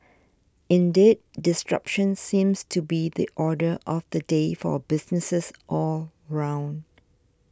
indeed disruption seems to be the order of the day for businesses all round